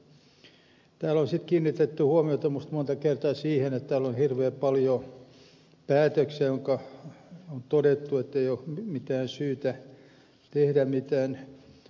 täällä on kiinnitetty huomiota minusta monta kertaa siihen että täällä on hirveän paljon päätöksiä joissa on todettu ettei ole mitään syytä tehdä mitään